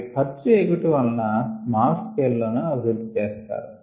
అవి ఖర్చు ఎక్కువ అగుట వలన స్మాల్ స్కెల్ లోనే అభివృద్ధి చేశారు